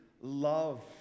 love